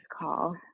call